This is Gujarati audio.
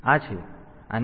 તેથી આ છે